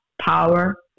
power